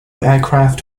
aircraft